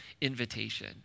invitation